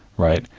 right,